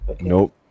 nope